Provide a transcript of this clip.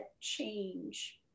change